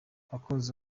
abakunzi